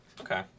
Okay